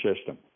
system